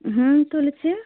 হুম তুলেছি